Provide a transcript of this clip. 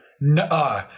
No